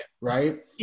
right